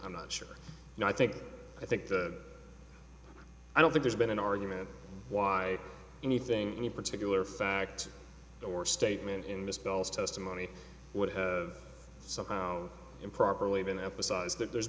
i'm not sure and i think i think that i don't think there's been an argument why anything any particular fact or statement in this bell's testimony would have somehow improperly been emphasized that there's